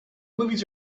movies